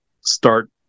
start